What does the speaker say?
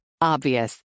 Obvious